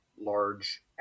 large